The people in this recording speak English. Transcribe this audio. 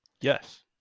Yes